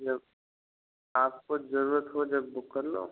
आपको जरूरत हो जब बुक कर लो